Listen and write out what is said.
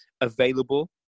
available